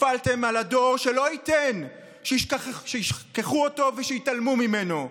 נפלתם על הדור שלא ייתן שישכחו אותו ושיתעלמו ממנו,